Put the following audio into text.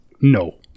No